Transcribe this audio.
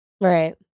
Right